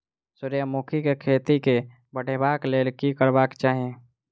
सूर्यमुखी केँ खेती केँ बढ़ेबाक लेल की करबाक चाहि?